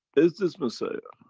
is this messiah,